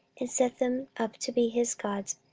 and set them up to be his gods,